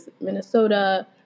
Minnesota